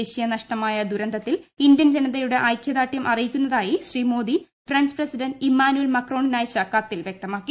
ദേശീയ നഷക്കടമായ ദുരന്തത്തിൽ ഇന്ത്യൻ ജനതയുടെ ഐക്യദാർഢൃം അറിയിക്കുന്നതായി Shri Modi French president Emmanuel മാക്രോണിന് അയച്ച കത്തിൽ വ്യക്തമാക്കി